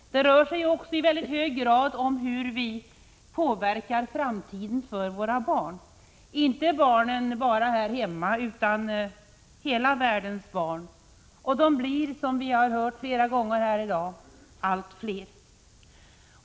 Det rör sig också i väldigt hög grad om hur vi påverkar framtiden för våra barn — inte bara barnen här hemma, utan hela världens barn. De blir, som vi hört flera gånger här i dag, allt fler.